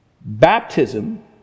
Baptism